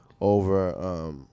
over